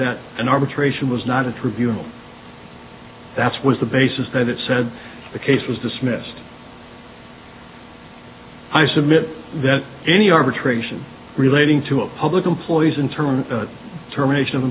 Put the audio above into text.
that an arbitration was not a tribunal that's was the basis that it said the case was dismissed i submit that any arbitration relating to a public employees in terms terminations of